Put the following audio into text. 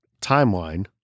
timeline